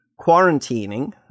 quarantining